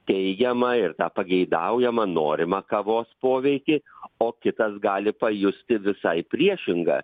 teigiamą ir tą pageidaujamą norimą kavos poveikį o kitas gali pajusti visai priešingą